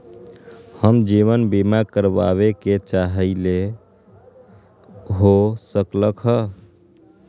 हम जीवन बीमा कारवाबे के चाहईले, हो सकलक ह?